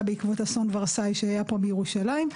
בעקבות אסון ורסאי שהיה פה בירושלים.